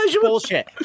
Bullshit